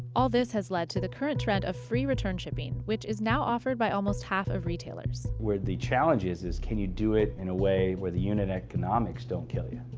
all this has led to the current trend of free return shipping, which is now offered by almost half of retailers. where the challenges is, is can you do it in a way where the unit economics don't kill you?